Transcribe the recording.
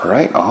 Right